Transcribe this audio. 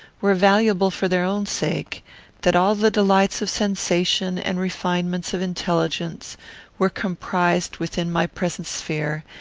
were valuable for their own sake that all the delights of sensation and refinements of intelligence were comprised within my present sphere,